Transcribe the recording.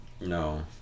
No